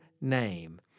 name